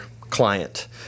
client